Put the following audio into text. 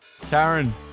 Karen